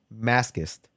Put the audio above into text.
Maskist